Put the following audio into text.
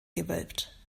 gewölbt